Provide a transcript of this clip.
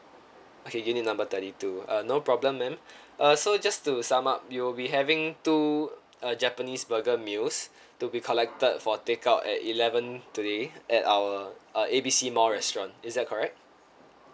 okay unit number thirty two uh no problem ma'am uh so just to sum up you'll be having two uh japanese burger meals to be collected for take out at eleven today at our uh A B C mall restaurant is that correct